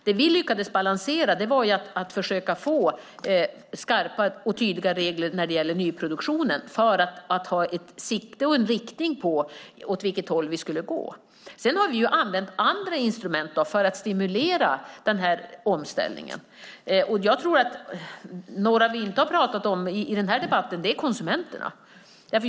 Det vi lyckades balansera var detta med att försöka få skarpa och tydliga regler för nyproduktion för att därmed ha ett sikte och en riktning för åt vilket håll vi skulle gå. Vi har också använt andra instrument för att stimulera omställningen. Några som vi inte talat om i den här debatten är konsumenterna.